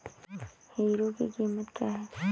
Hero की कीमत क्या है?